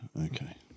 Okay